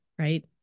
Right